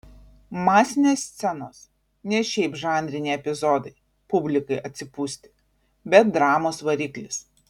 masinės scenos ne šiaip žanriniai epizodai publikai atsipūsti bet dramos variklis